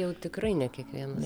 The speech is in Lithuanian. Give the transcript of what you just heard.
jau tikrai ne kiekvienas